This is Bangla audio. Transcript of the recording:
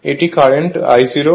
এটি কারেন্ট I₀